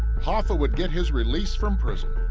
hoffa would get his release from prison.